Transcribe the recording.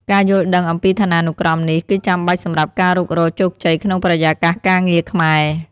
ការយល់ដឹងអំពីឋានានុក្រមនេះគឺចាំបាច់សម្រាប់ការរុករកជោគជ័យក្នុងបរិយាកាសការងារខ្មែរ។